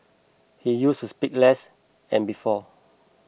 he used speak less and before